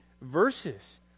verses